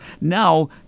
now